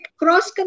cross